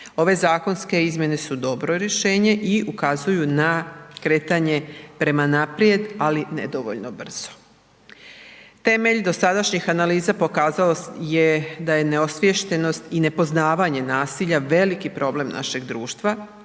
Ove zakonske izmjene su dobro rješenje i ukazuju na kretanje prema naprijed ali nedovoljno brzo. Temelj dosadašnjih analiza pokazao je da je neosviještenost i nepoznavanje nasilja veliki problem našeg društva,